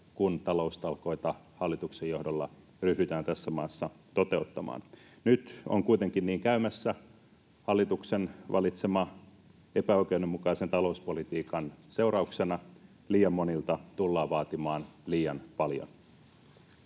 kun taloustalkoita hallituksen johdolla ryhdytään tässä maassa toteuttamaan. Nyt on kuitenkin niin käymässä. Hallituksen valitseman epäoikeudenmukaisen talouspolitiikan seurauksena liian monilta tullaan vaatimaan liian paljon.